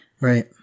Right